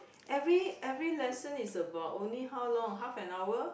every every lesson is about only how long half an hour